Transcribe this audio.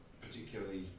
particularly